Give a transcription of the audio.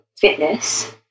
fitness